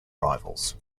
rivals